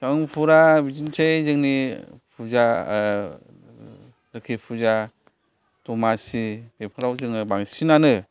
जामुंफोरा बिदिनोसै जोंनि पुजा लोखि पुजा दमासि बेफोराव जोङो बांसिनानो